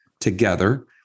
together